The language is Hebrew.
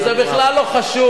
כי זה בכלל לא חשוב.